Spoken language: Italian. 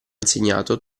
insegnato